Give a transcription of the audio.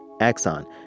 Axon